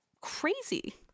crazy